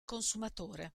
consumatore